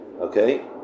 okay